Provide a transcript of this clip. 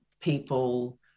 people